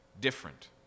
different